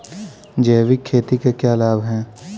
जैविक खेती के क्या लाभ हैं?